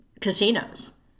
casinos